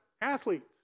athletes